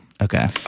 Okay